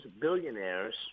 billionaires—